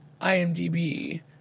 IMDb